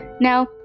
Now